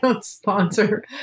sponsor